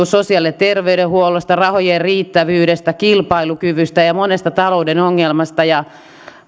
sosiaali ja terveydenhuollosta rahojen riittävyydestä kilpailukyvystä ja ja monesta talouden ongelmasta ja